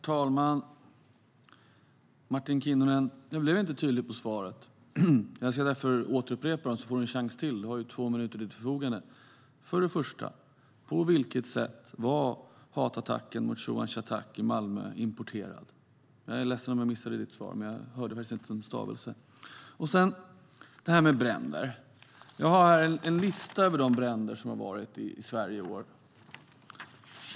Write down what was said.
Herr talman! Det blev inte, Martin Kinnunen, tydligt med svaret. Jag ska därför upprepa frågan, så får du en chans till. Du har ju två minuter till ditt förfogande. Först och främst: På vilket sätt var hatattacken mot Showan Shattak i Malmö importerad? Jag är ledsen om jag missade ditt svar, men jag hörde faktiskt inte en stavelse. Sedan till detta med bränder. Jag har här en lista över de bränder i Sverige som har varit i år.